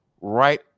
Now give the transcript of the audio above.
right